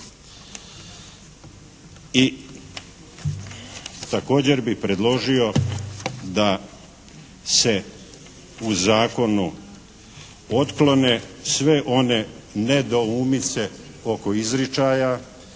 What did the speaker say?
I također bih predložio da se u zakonu otklone sve one nedoumice oko izričaja